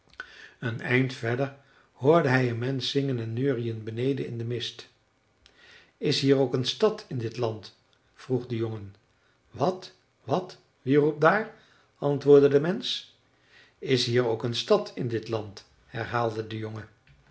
een eind verder hoorde hij een mensch zingen en neuriën beneden in den mist is hier ook een stad in dit land vroeg de jongen wat wat wie roept daar antwoordde de mensch is hier ook een stad in dit land herhaalde de jongen